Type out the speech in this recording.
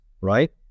right